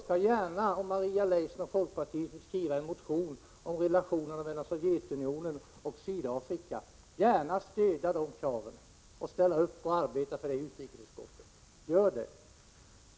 Om Maria Leissner och folkpartiet vill skriva en motion om relationerna mellan Sovjetunionen och Sydafrika, skall jag gärna stödja sådana krav och ställa upp och arbeta för dem i utrikesutskottet. Gör det!